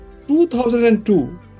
2002